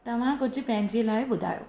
तव्हां कुझु पंहिंजे लाइ ॿुधायो